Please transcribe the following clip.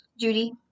Judy